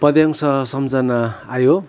पद्यांश सम्झना आयो